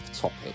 topic